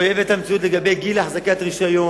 לגבי גיל החזקת רשיון,